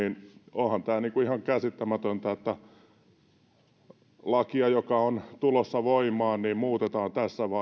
onhan tämä ihan käsittämätöntä että lakia joka on tulossa voimaan muutetaan